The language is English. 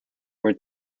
where